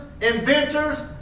inventors